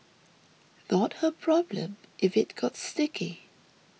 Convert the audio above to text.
not her problem if it got sticky